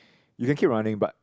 you can keep running but